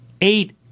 eight